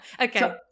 Okay